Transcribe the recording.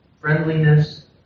friendliness